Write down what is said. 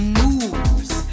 moves